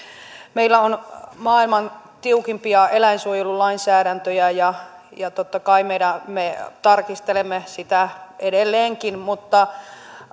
meillä on maailman tiukimpia eläinsuojelulainsäädäntöjä ja ja totta kai me tarkistelemme sitä edelleenkin mutta